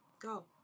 Go